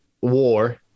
war